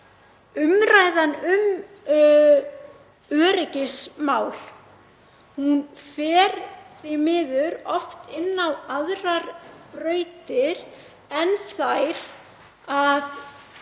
umræðan um öryggismál fari því miður oft inn á aðrar brautir en þær að